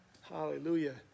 Hallelujah